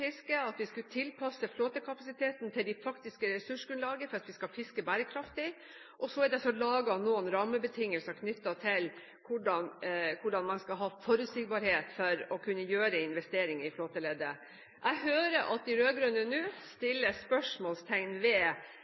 at vi skal fiske bærekraftig, og det er også laget noen rammebetingelser knyttet til hvordan man skal ha forutsigbarhet for å kunne gjøre investeringer i flåteleddet. Jeg hører at de rød-grønne nå setter spørsmålstegn ved